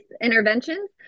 interventions